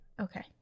Okay